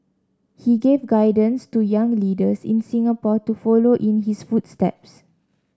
he gave guidance to young leaders in Singapore to follow in his footsteps